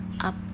up